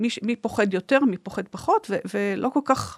מי פוחד יותר, מי פוחד פחות, ולא כל כך...